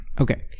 Okay